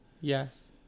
Yes